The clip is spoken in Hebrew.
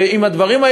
ואם הדברים,